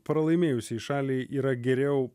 pralaimėjusiai šaliai yra geriau